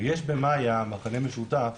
יש במאיה מכנה משותף